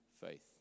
faith